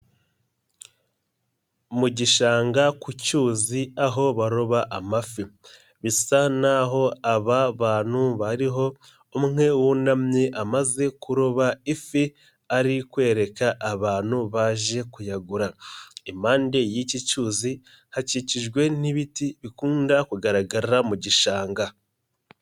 Mu gishanga ku cyuzi aho baroba amafi, bisa naho aba bantu bariho umwe wunamye amaze kuroba ifi ari kwereka abantu baje kuyagura, impande y'iki cyuzi, hakikijwe n'ibiti bikunda kugaragara mu gishanga.